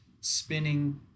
spinning